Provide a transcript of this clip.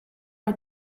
mae